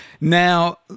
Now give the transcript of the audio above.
Now